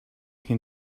can